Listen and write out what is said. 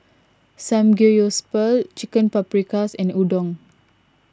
Samgyeopsal Chicken Paprikas and Udon